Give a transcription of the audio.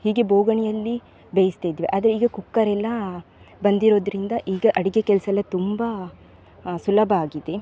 ಹೀಗೆ ಬೋಗಣಿಯಲ್ಲಿ ಬೇಯಿಸ್ತಿದ್ವಿ ಆದರೆ ಈಗ ಕುಕ್ಕರೆಲ್ಲ ಬಂದಿರೋದರಿಂದ ಈಗ ಅಡಿಗೆ ಕೆಲಸಯೆಲ್ಲ ತುಂಬ ಸುಲಭ ಆಗಿದೆ